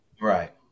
right